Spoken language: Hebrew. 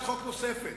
נוספת,